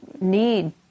need